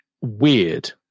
weird